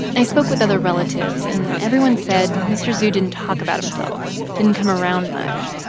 i spoke with other relatives, and everyone said mr. zhu didn't talk about himself, didn't come around much.